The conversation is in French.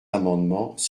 amendements